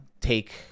take